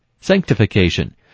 sanctification